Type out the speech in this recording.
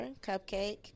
cupcake